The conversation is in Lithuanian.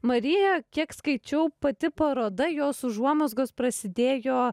marija kiek skaičiau pati paroda jos užuomazgos prasidėjo